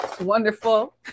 Wonderful